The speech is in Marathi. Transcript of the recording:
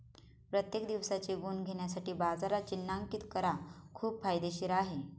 प्रत्येक दिवसाचे गुण घेण्यासाठी बाजारात चिन्हांकित करा खूप फायदेशीर आहे